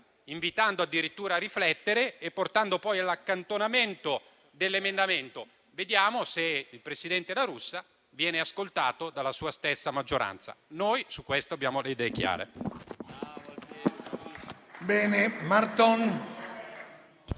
invitando addirittura a riflettere e portando poi all'accantonamento dell'emendamento. Vediamo se il presidente La Russa viene ascoltato dalla sua stessa maggioranza. Noi, su questo, abbiamo le idee chiare.